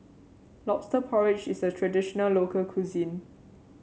lobster porridge is a traditional local cuisine